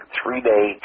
three-day